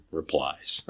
replies